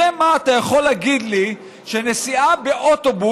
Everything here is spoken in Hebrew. בשם מה אתה יכול להגיד לי שנסיעה באוטובוס